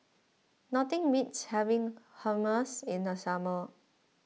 nothing beats having Hummus in the summer